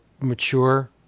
mature